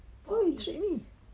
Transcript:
so you treat me